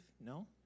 No